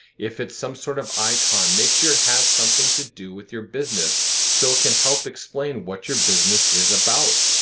if it's some sort of icon, make sure it has something to do with your business so it can help explain what your business is about.